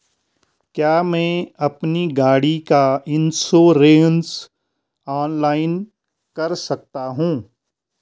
क्या मैं अपनी गाड़ी का इन्श्योरेंस ऑनलाइन कर सकता हूँ?